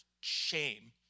shame